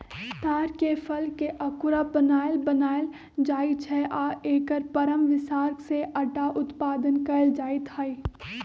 तार के फलके अकूरा बनाएल बनायल जाइ छै आ एकर परम बिसार से अटा उत्पादन कएल जाइत हइ